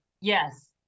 Yes